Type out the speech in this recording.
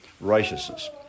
righteousness